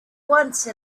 once